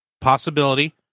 possibility